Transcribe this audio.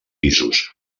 pisos